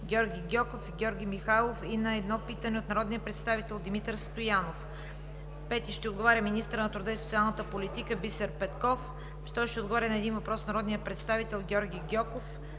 Георги Гьоков; и Георги Михайлов, и на едно питане от народния представител Димитър Стоянов; - министърът на труда и социалната политика Бисер Петков ще отговори на един въпрос от народния представител Георги Гьоков;